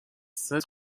sept